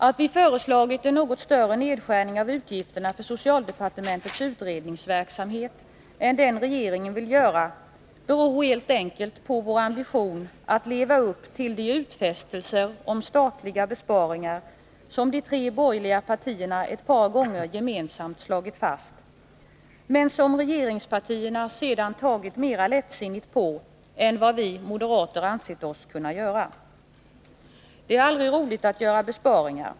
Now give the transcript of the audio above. Att vi föreslagit en något större nedskärning av utgifterna för socialdepartementets utredningsverksamhet än den regeringen vill göra beror helt enkelt på vår ambition att leva upp till de utfästelser om statliga besparingar som de tre borgerliga partierna ett par gånger gemensamt slagit fast men som regeringspartierna sedan tagit mer lättsinnigt på än vad vi moderater ansett oss kunna göra. Det är aldrig roligt att göra besparingar.